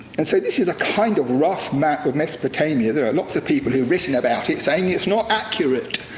and so this is a kind of rough map of mesopotamia. there are lots of people who've written about about it saying, it's not accurate.